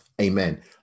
Amen